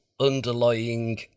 Underlying